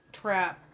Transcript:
trap